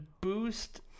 boost